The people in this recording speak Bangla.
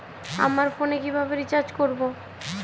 আমার ফোনে কিভাবে রিচার্জ করবো?